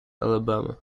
alabama